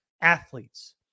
athletes